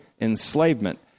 enslavement